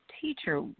teacher